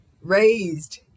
raised